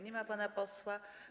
Nie ma pana posła.